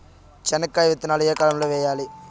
చెనక్కాయ విత్తనాలు ఏ కాలం లో వేయాలి?